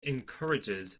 encourages